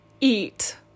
eat